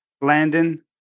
Landon